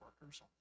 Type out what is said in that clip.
workers